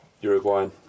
Uruguayan